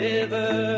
River